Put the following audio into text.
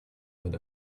with